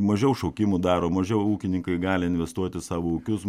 mažiau šaukimų daro mažiau ūkininkai gali investuot į savo ūkius